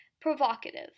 provocative